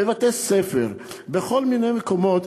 בבתי-ספר בכל מיני מקומות,